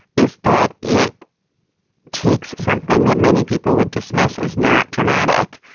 is that it takes something that many people would dismiss as not dramatic,